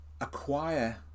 acquire